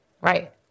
Right